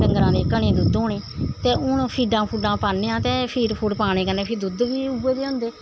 डंगरां दे घने दुद्ध होने ते हून फीडां फूडां पान्ने आं ते फीड फूड पाने कन्नै फ्ही दुद्ध बी उ'ऐ नेह् होंदे